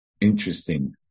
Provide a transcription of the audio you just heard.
interesting